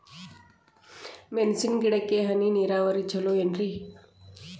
ಮೆಣಸಿನ ಗಿಡಕ್ಕ ಹನಿ ನೇರಾವರಿ ಛಲೋ ಏನ್ರಿ?